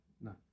No